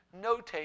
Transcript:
notate